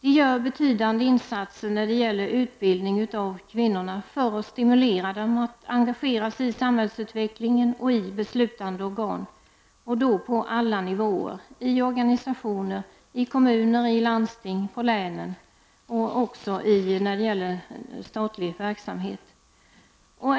De gör betydande insatser när det gäller utbildning av kvinnorna bl.a. för att stimulera dem att engagera sig i samhällsutvecklingen och i beslutande organ. Detta gäller alla nivåer — i organisationer i kommuner och landsting samt på länsnivå och inom statlig verksamhet.